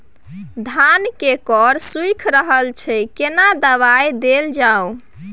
धान के कॉर सुइख रहल छैय केना दवाई देल जाऊ?